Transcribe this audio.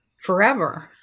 forever